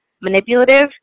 manipulative